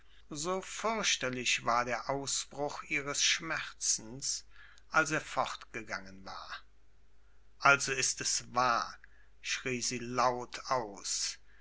so fürchterlich war der ausbruch ihres schmerzens als er fortgegangen war also ist es wahr schrie sie laut aus